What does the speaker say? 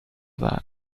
that